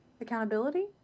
accountability